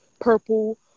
purple